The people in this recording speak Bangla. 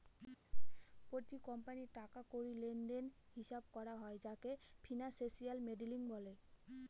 প্রতি কোম্পানির টাকা কড়ি লেনদেনের হিসাব করা হয় যাকে ফিনান্সিয়াল মডেলিং বলে